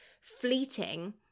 fleeting